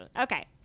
okay